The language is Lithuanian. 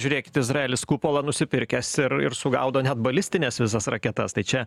žiūrėkit izraelis kupolą nusipirkęs ir ir sugaudo net balistines visas raketas tai čia